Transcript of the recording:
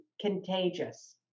contagious